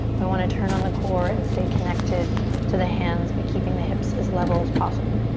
we want to turn on the core and stay connected to the hands by keeping the hips as level as possible.